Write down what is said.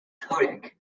codec